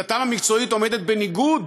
ועמדתם המקצועית עומדת בניגוד